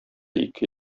ике